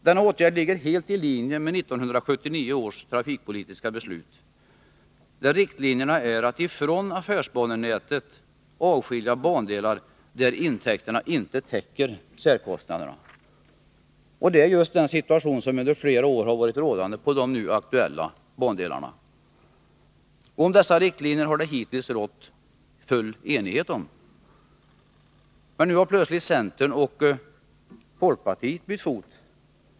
Denna åtgärd ligger helt i linje med 1979 års trafikpolitiska beslut, där riktlinjerna är att man från affärsbanenätet skall avskilja bandelar där intäkterna inte täcker särkostnaderna. Det är just den situation som under flera år har rått på de nu aktuella bandelarna. Om dessa riktlinjer har hittills rått full enighet, men nu har plötsligt centern och folkpartiet bytt fot.